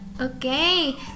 Okay